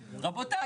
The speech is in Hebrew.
רבותי,